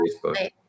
Facebook